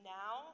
now